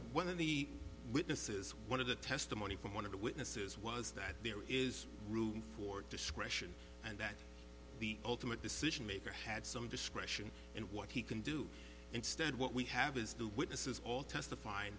one of the witnesses one of the testimony from one of the witnesses was that there is room for discretion and that the ultimate decision maker had some discretion and what he can do instead what we have is the witnesses all testif